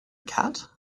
cat